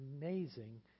amazing